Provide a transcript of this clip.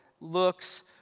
looks